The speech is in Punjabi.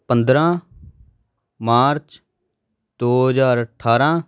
ਪੰਦਰਾਂ ਮਾਰਚ ਦੋ ਹਜ਼ਾਰ ਅਠਾਰਾਂ